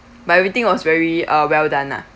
but everything was very uh well done ah